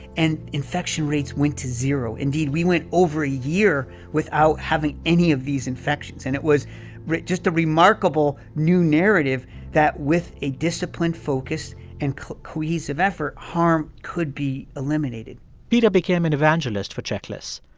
and infection rates went to zero. indeed, we went over a year without having any of these infections. and it was just a remarkable new narrative that with a disciplined focus and cohesive effort, harm could be eliminated peter became an evangelist for checklists,